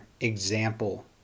example